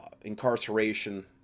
incarceration